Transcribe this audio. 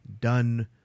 done